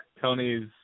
Tony's